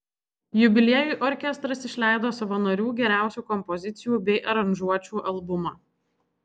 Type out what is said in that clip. jubiliejui orkestras išleido savo narių geriausių kompozicijų bei aranžuočių albumą